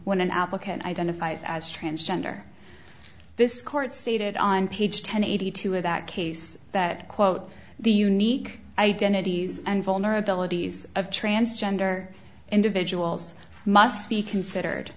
when an applicant identifies as transgender this court stated on page ten eighty two of that case that quote the unique identities and vulnerabilities of transgender individuals must be considered